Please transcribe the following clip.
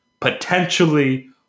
potentially